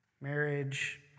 Marriage